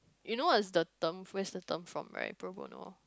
you know what is the term where is the term from right pro-bono